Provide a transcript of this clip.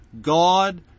God